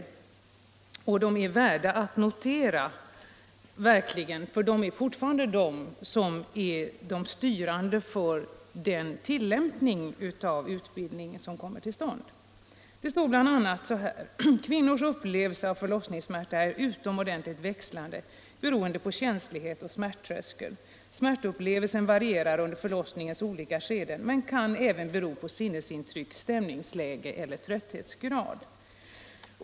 De är verkligen värda att notera, eftersom de fortfarande är styrande för den tillämpning av utbildningen som kommer till stånd. Det står bl.a. så här: ”Kvinnors upplevelse av förlossningssmärta är utomordentligt växlande beroende på känslighet och ”smärttröskel”. Smärtupplevelsen varierar under förlossningens olika skeden men kan även bero på sinnesintryck, stämningsläge eller trötthetsgrad.